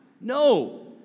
No